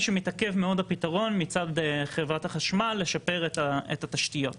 שמתעכב מאוד הפתרון מצד חברת החשמל לשפר את התשתיות.